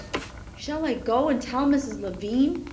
shall i go and tell mrs. lavine?